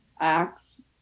acts